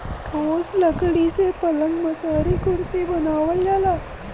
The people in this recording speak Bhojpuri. ठोस लकड़ी से पलंग मसहरी कुरसी बनावल जाला